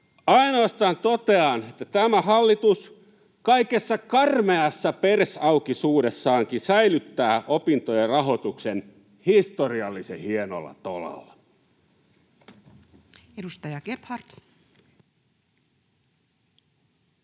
Ainoastaan totean, että tämä hallitus kaikessa karmeassa persaukisuudessaankin säilyttää opintojen rahoituksen historiallisen hienolla tolalla. Edustaja Gebhard.